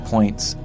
Points